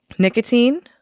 nicotine,